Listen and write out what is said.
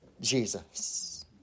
Jesus